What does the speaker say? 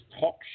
Talk